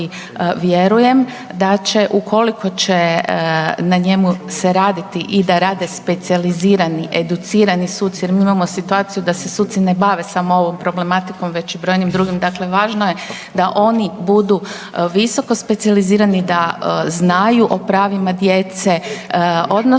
vjerujem da će ukoliko će na njemu se raditi i da rade specijalizirani, educirani suci jer mi imamo situaciju da se suci ne bave samo ovom problematiku već i brojnim drugim, dakle važno je da oni budu visokospecijalizirani, da znaju o pravima djece odnosno